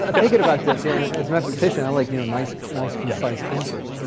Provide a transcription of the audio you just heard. ah thinking about this, yeah as a mathematician, i like you know nice nice concise answers.